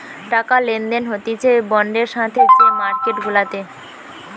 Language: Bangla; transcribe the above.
টাকা লেনদেন হতিছে বন্ডের সাথে যে মার্কেট গুলাতে